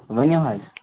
ؤنِو حظ